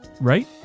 right